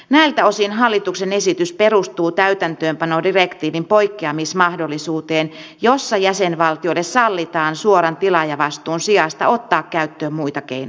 näiltä osin hallituksen esitys perustuu täytäntöönpanodirektiivin poikkeamismahdollisuuteen jossa jäsenvaltiolle sallitaan suoran tilaajavastuun sijasta ottaa käyttöön muita keinoja